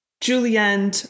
julienne